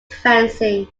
fencing